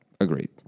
Agreed